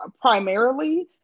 primarily